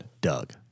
doug